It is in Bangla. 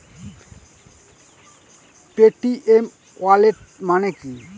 পেটিএম ওয়ালেট মানে কি?